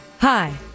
Hi